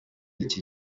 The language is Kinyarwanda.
iki